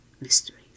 mysteries